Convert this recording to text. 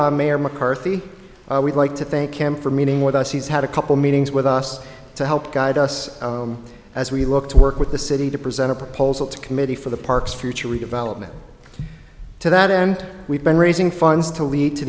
mayor mccarthy we'd like to thank him for meeting with us he's had a couple meetings with us to help guide us as we look to work with the city to present a proposal to committee for the parks future redevelopment to that end we've been raising funds to lead to